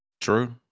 True